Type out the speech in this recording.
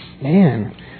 man